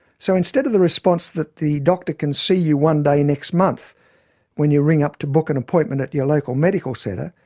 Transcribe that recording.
so instead of the response that the doctor can see you one day next month when you ring up to book an appointment at your local medical centre,